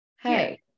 Hey